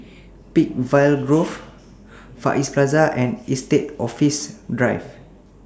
Peakville Grove Far East Plaza and Estate Office Drive